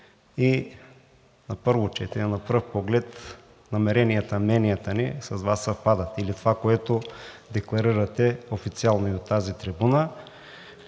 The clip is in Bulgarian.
и на първо четене, и на пръв поглед намеренията и мненията ни с Вас съвпадат или поне това, което декларирате официално от тази трибуна.